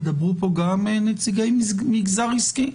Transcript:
ידברו פה גם נציגי מגזר עסקי.